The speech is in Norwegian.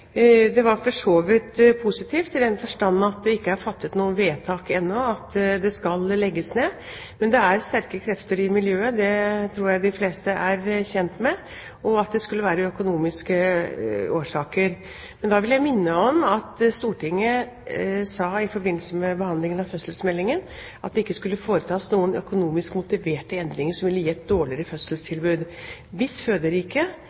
så vidt positivt, i den forstand at det ikke er fattet noe vedtak ennå om at det skal legges ned. Men det er sterke krefter i miljøet her – det tror jeg de fleste er kjent med – og det sies at det skal være økonomiske årsaker. Men da vil jeg minne om at Stortinget i forbindelse med behandlingen av fødselsmeldingen sa at det ikke skulle foretas noen økonomisk motiverte endringer som ville gi et dårligere